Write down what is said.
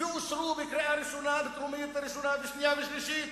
ואושרו בקריאה טרומית וראשונה ושנייה ושלישית.